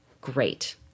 great